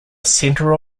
centre